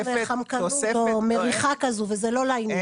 יש פה מן חמקנות או מריחה כזו וזה לא לעניין,